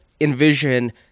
envision